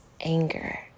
anger